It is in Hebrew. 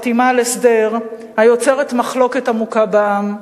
חתימה על הסדר היוצרת מחלוקת עמוקה בעם,